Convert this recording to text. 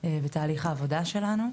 בתהליך העבודה שלנו.